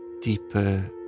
deeper